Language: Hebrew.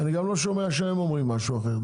אני גם לא שומע שהם אומרים משהו אחר,